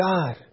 God